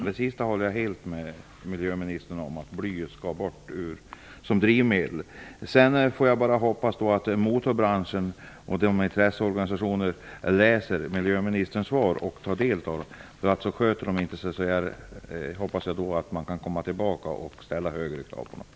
Herr talman! Det sist sagda håller jag helt med miljöministern om. Blyet skall bort ur drivmedel. Sedan får jag bara hoppas att motorbranschen och intresseorganisationerna läser miljöministerns svar och tar del av det. Sköter de sig inte hoppas jag att man kan komma tillbaka och ställa större krav på dem.